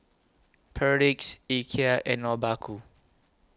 Perdix Ikea and Obaku